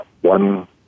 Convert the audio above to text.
One